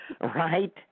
Right